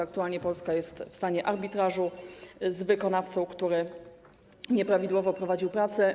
Aktualnie Polska jest w stanie arbitrażu z wykonawcą, który nieprawidłowo prowadził prace.